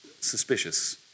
suspicious